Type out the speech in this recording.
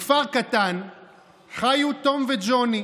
בכפר קטן חיו תום וג'וני.